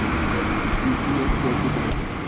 ECS कैसे करें?